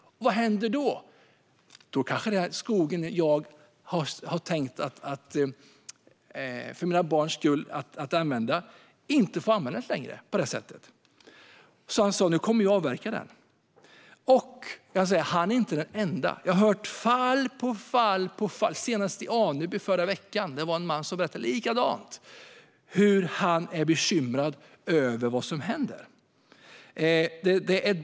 Vad händer då? Då kanske skogen, som jag har tänkt använda för mina barns skull, inte får användas på det sättet längre. Så nu kommer jag att avverka den." Han är inte den ende. Jag har hört fall efter fall. Senast i förra veckan var det en man i Aneby som berättade samma sak; han är bekymrad över vad som händer.